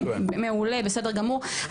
מעולה בסדר גמור,